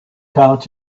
count